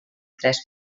tres